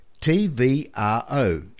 T-V-R-O